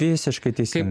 visiškai teisingai